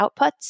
outputs